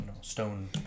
stone